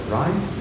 right